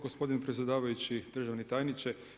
Gospodine predsjedavajući, državni tajniče.